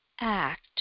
act